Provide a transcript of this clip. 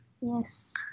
Yes